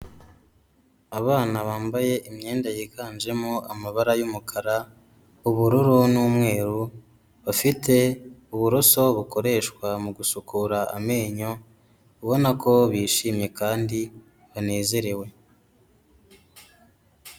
Abana bambaye imyenda yiganjemo amabara y'umukara, ubururu n'umweru, bafite uburoso bukoreshwa mu gusukura amenyo, ubona ko bishimye kandi banezerewe.